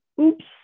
oops